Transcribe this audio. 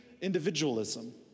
individualism